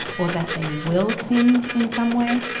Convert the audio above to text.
or that they will sin in some way,